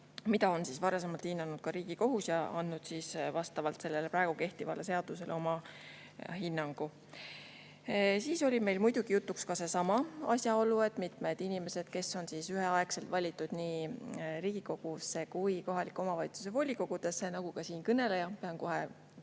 Seda on varasemalt hinnanud ka Riigikohus ja andnud praegu kehtivale seadusele oma hinnangu. Siis oli meil muidugi jutuks ka seesama asjaolu, et mitmed inimesed on üheaegselt valitud nii Riigikogusse kui ka kohaliku omavalitsuse volikogusse, nagu ka siinkõneleja. Pean kohe